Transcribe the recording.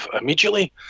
immediately